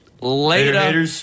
Later